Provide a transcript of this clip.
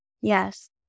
Yes